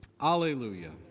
Hallelujah